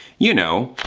you know,